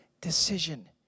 decision